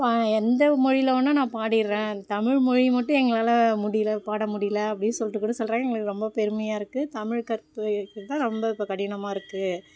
எந்த மொழியில் வேணால் நான் பாடிடுறேன் தமிழ் மொழியை மட்டும் எங்களால் முடியல பாட முடியல அப்படின்னு சொல்லிட்டு கூட சொல்கிறாங்க எங்களுக்கு ரொம்பப் பெருமையாக இருக்குது தமிழ் கற்பது தான் ரொம்ப இப்போ கடினமாக இருக்குது